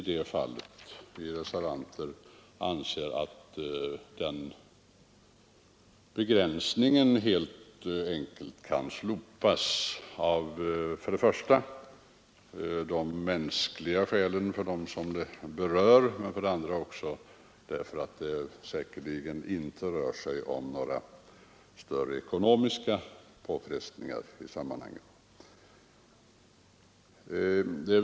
Vi reservanter anser att den begränsningen kan slopas. Anledningen är först och främst de mänskliga skälen för dem det berör, men också att det säkerligen inte rör sig om några större ekonomiska påfrestningar i detta sammanhang.